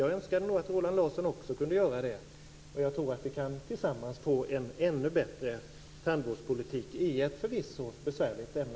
Jag önskar att Roland Larsson också kunde göra det. Jag tror att vi kan tillsammans få en ännu bättre tandvårdspolitik. Det är förvisso ett besvärligt ämne.